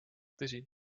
tõsi